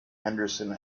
henderson